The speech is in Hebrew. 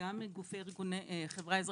גם ארגוני חברה אזרחית,